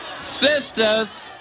sisters